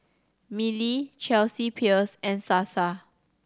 Mili Chelsea Peers and Sasa